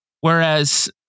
whereas